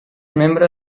membre